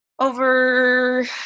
Over